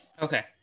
Okay